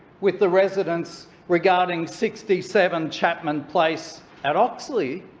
with the residents regarding sixty seven chapman place at oxley.